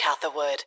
Catherwood